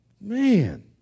Man